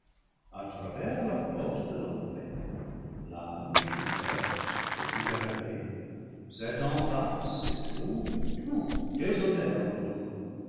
a travers la porte de l'enfer large ouverte et non gardée satan passe et trouve tout désolé